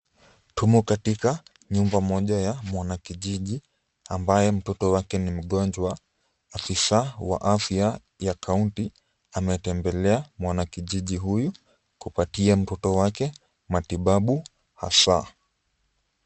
Tumo katika nyumba moja ya mwanakijiji ambaye mtoto wake ni mgonjwa. Afisa wa afya ya kaunti ametembelea mwanakijiji huyu kupatia mtoto wake matibabu hasaa.